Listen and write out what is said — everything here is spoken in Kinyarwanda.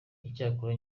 icyakora